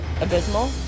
abysmal